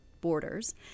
borders